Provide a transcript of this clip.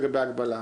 לגבי הגבלה.